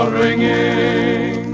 ringing